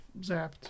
zapped